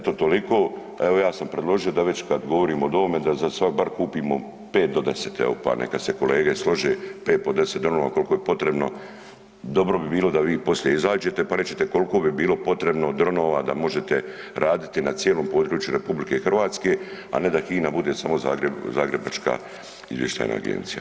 Eto toliko, evo ja sam predložio da već kad govorimo o ovome da za sad bar kupimo 5 do 10 evo pa neka se kolege slože, 5 do 10 dronova koliko je potrebno, dobro bi bilo da vi poslije izađete pa rečete koliko bi bilo potrebno dronova da možete raditi na cijelom području RH, a ne da HINA bude samo zagrebačka izvještajna agencija.